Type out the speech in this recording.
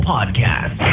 Podcast